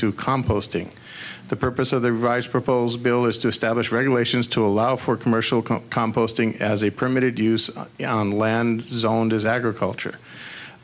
to composting the purpose of the rise proposed bill is to establish regulations to allow for commercial composting as a permitted use on the land zoned as agriculture